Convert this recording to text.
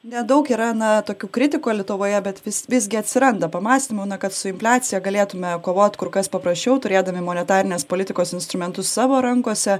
nedaug yra na tokių kritikų lietuvoje bet vis visgi atsiranda pamąstymų kad su infliacija galėtume kovot kur kas paprasčiau turėdami monetarinės politikos instrumentus savo rankose